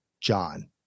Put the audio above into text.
John